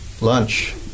lunch